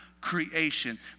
creation